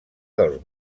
dels